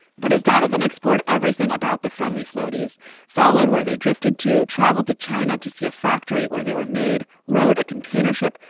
but as donovan explored, everything about the friendly floaties followed where they drifted to travel to china to see a factory where they were made, wrote a containership,